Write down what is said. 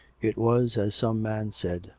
it was, as some man said,